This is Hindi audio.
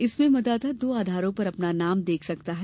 इसमें मतदाता दो आधारों पर अपना नाम देख सकता है